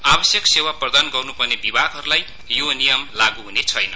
आवश्यक सेवा प्रदान गर्न्पर्ने विभागहरूलाई यो नियम लागू ह्नेछैन